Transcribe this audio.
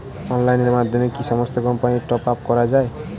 অনলাইনের মাধ্যমে কি সমস্ত কোম্পানির টপ আপ করা যায়?